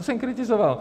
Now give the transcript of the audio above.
To jsem kritizoval.